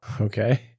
Okay